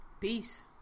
peace